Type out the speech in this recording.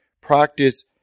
practice